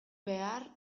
behar